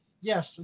Yes